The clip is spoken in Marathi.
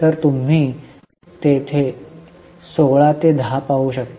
तर तुम्ही येथे 16 ते 10 पाहू शकता